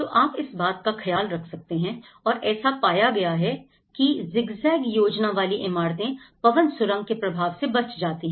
तो आप इस बात का ख्याल रख सकते हैं और ऐसा पाया गया है कि जिगजैग योजना वाली इमारतें पवन सुरंग के प्रभाव से बच जाती हैं